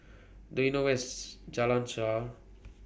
Do YOU know Where IS Jalan Shaer